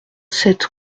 sept